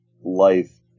life